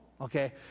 okay